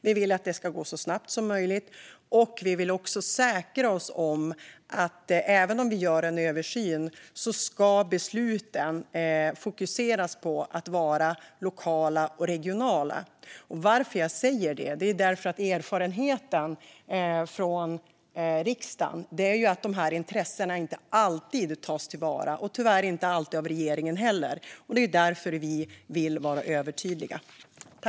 Vi vill att det ska gå så snabbt som möjligt, och vi vill försäkra oss om att besluten, även om vi gör en översyn, ska fokusera på att vara lokala och regionala. Jag säger detta därför att erfarenheten från riksdagen är att dessa intressen inte alltid tas till vara - tyvärr inte alltid av regeringen heller. Det är därför vi vill vara övertydliga.